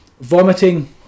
Vomiting